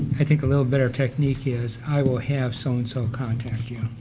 i think a little better technique is i will have so-and-so contact you.